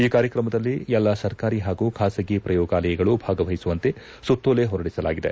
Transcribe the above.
ಈ ಕಾರ್ಯಕ್ರಮದಲ್ಲಿ ಎಲ್ಲಾ ಸರ್ಕಾರಿ ಹಾಗೂ ಖಾಸಗಿ ಪ್ರಯೋಗಾಲಯಗಳು ಭಾಗವಹಿಸುವಂತೆ ಸುತ್ತೋಲೆ ಹೊರಡಿಸಲಾಗಿದೆ